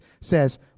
says